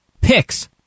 picks